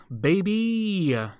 baby